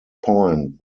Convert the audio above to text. point